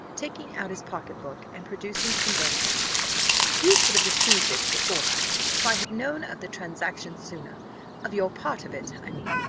taking out his pocket-book and producing some bank-notes you should have received this before, madam, if i had known of the transaction sooner of your part of it, i mean.